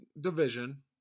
division